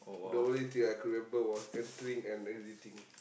the only thing I could remember was entering and exiting